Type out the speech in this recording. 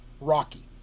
rocky